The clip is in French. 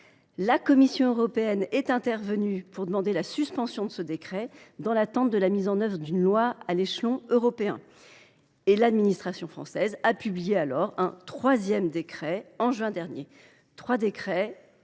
la Commission européenne est alors intervenue pour demander sa suspension, dans l’attente de la mise en œuvre d’une loi à l’échelon européen. Et l’administration française a donc publié un troisième décret, en juin dernier ! Trois décrets,